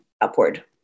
upward